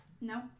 No